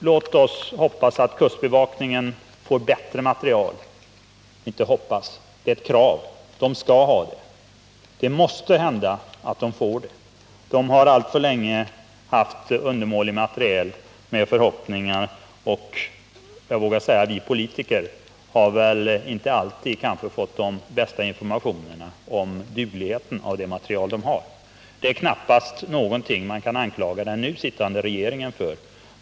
Låt oss hoppas att kustbevakningen får bättre materiel, ja, inte hoppas: det är ett krav — de skall ha det! De har alltför länge haft undermålig materiel. Vi politiker har väl inte alltid fått de bästa informationerna om dugligheten av den materiel de har. Men det är knappast någonting man kan anklaga den nu sittande regeringen för.